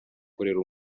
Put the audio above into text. kurera